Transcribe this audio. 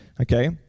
Okay